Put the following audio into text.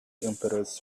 impetus